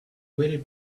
waited